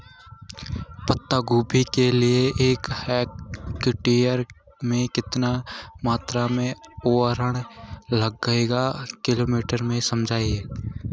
पत्ता गोभी के लिए एक हेक्टेयर में कितनी मात्रा में उर्वरक लगेगा किलोग्राम में समझाइए?